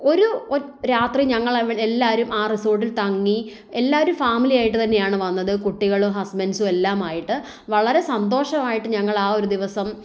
ഒരു രാത്രി ഞങ്ങൾ അവിടെ എല്ലാവരും ആ റിസോർട്ടിൽ തങ്ങി എല്ലാവരും ഫാമിലിയായിട്ട് തന്നെയാണ് വന്നത് കുട്ടികൾ ഹസ്ബൻസും എല്ലാം ആയിട്ട് വളരെ സന്തോഷമായിട്ട് ഞങ്ങൾ ആ ഒരു ദിവസം